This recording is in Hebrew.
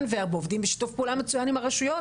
ועובדים בשיתוף פעולה מצוין עם הרשויות,